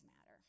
Matter